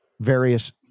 various